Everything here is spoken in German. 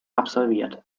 absolviert